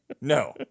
No